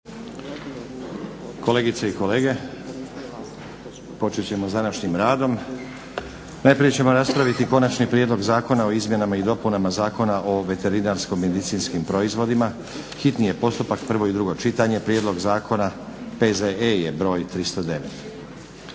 Kolegice i kolege, počet ćemo s današnjim radom. Najprije ćemo raspraviti - Konačni prijedlog zakona o izmjenama i dopunama Zakona o veterinarsko-medicinskim proizvodima, hitni postupak, prvo i drugo čitanje, P.Z.E. br. 309.